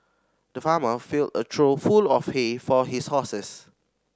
the farmer filled a trough full of hay for his horses